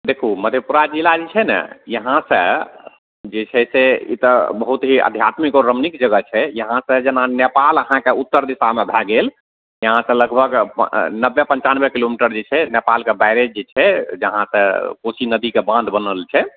देखू मधेपुरा जिला जे छै ने यहाँसे जे छै से ई तऽ बहुत ही आध्यात्मिक आओर रमणीक जगह छै यहाँसे जेना नेपाल अहाँके उत्तर दिशामे भए गेल यहाँसे लगभग नब्बे पनचानवे किलोमीटर जे छै नेपालके बैरेज जे छै जहाँसे कोशी नदीके बान्ह बनल छै